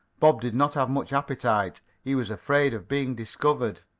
bob did not have much appetite. he was afraid of being discovered.